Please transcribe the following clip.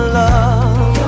love